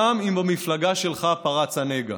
גם אם במפלגה שלך פרץ הנגע.